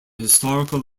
historical